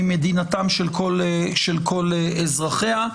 היא מדינתם של כל אזרחיה.